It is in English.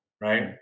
right